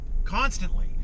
constantly